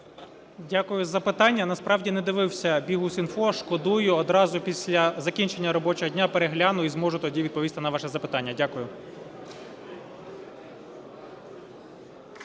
Дякую за запитання. Насправді не дивився Bihus.Info, шкодую. Одразу після закінчення робочого дня перегляну і зможу тоді відповісти на ваше запитання. Дякую.